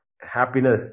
happiness